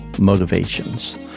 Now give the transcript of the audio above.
motivations